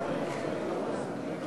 רבותי, חברי הכנסת,